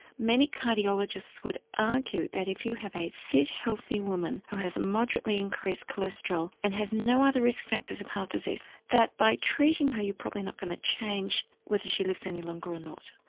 many cardiologists would argue that if you have a fit, healthy woman who has moderately increased cholesterol and has no other risk factors of heart disease that by treating her you're probably not going to change whether she lives any longer or not.